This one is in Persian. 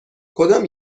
کدام